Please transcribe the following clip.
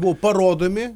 buvo parodomi